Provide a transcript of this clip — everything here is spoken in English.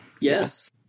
Yes